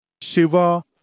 Shiva